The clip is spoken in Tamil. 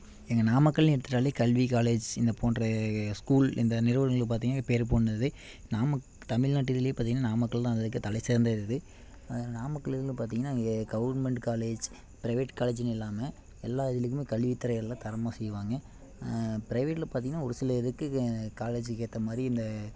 எங்கள் நாமக்கல்னு எடுத்துகிட்டாலே கல்வி காலேஜ் இந்த போன்ற ஸ்கூல் இந்த நிறுவனங்களும் பார்த்தீங்கன்னா பேர் போனது நாமக் தமிழ்நாட்டு இதிலே பார்த்தீங்கன்னா நாமக்கல் தான் இது வரைக்கும் தலைசிறந்தது இது நாமக்கல்ல இதில் பார்த்தீங்கன்னா இ கவுர்மெண்ட் காலேஜ் ப்ரைவேட் காலேஜுனு இல்லாமல் எல்லா இதிலையுமே கல்வித்துறை எல்லாம் தரமாக செய்வாங்க ப்ரைவேட்ல பார்த்தீங்கன்னா ஒரு சில இதுக்கு காலேஜுக்கு ஏற்ற மாதிரி இந்த